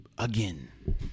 Again